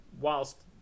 whilst